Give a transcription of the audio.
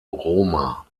roma